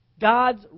God's